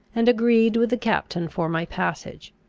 and agreed with the captain for my passage.